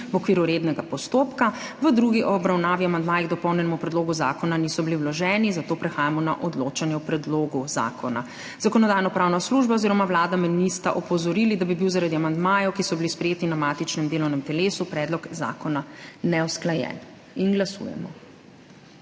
v okviru rednega postopka. V drugi obravnavi amandmaji k dopolnjenemu predlogu zakona niso bili vloženi, zato prehajamo na odločanje o predlogu zakona. Zakonodajno-pravna služba oziroma Vlada me nista opozorili, da bi bil zaradi amandmajev, ki so bili sprejeti na matičnem delovnem telesu, predlog zakona neusklajen. Glasujemo.